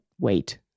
wait